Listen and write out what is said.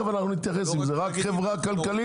תכף אנחנו נתייחס אם זה רק חברה כלכלית.